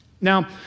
Now